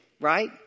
right